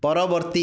ପରବର୍ତ୍ତୀ